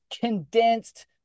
condensed